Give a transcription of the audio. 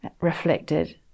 reflected